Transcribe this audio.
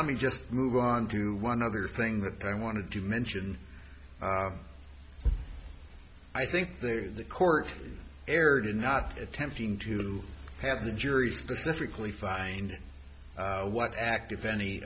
let me just move on to one other thing that i wanted to mention i think the court erred in not attempting to have the jury specifically find what active any